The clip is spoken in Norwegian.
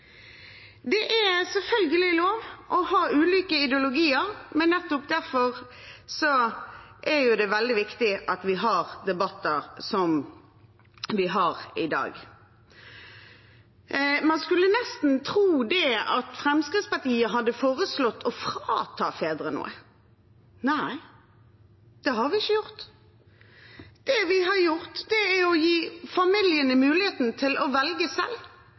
Det er selvfølgelig lov å ha ulike ideologier, men nettopp derfor er det veldig viktig at vi har debatter som den vi har i dag. Man skulle nesten tro at Fremskrittspartiet hadde foreslått å frata fedre noe. Nei, det har vi ikke gjort. Det vi har gjort, er å gi familiene muligheten til å velge selv.